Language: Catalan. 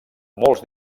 molts